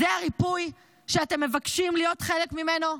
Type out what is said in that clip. זה הריפוי שאתם מבקשים להיות חלק ממנו?